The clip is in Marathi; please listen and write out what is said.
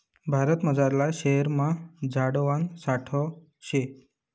भारतमझारला शेरेस्मा झाडवान सावठं शे